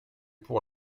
pour